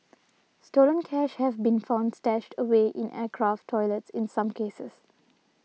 stolen cash have been found stashed away in aircraft toilets in some cases